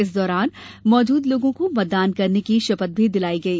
इस दौरान मौजूद लोगों को मतदान करने की शपथ भी दिलाई गई